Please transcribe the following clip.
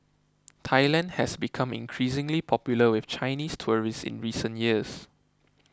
Thailand has become increasingly popular with Chinese tourists in recent years